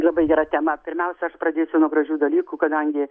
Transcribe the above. labai gera tema pirmiausia aš pradėsiu nuo gražių dalykų kadangi